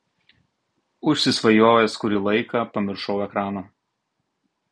užsisvajojęs kurį laiką pamiršau ekraną